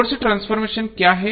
source transformation क्या है